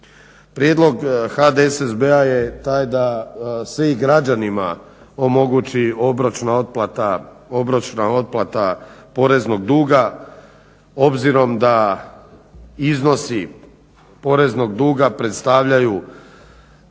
Prijedlog HDSSB-a je taj da se i građanima omogući obročna otplata poreznog duga obzirom da iznosi poreznog duga predstavljaju